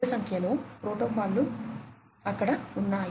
కాబట్టి పెద్ద సంఖ్యలో ప్రోటోకాల్లు అక్కడ ఉన్నాయి